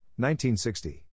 1960